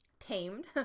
tamed